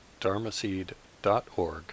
dharmaseed.org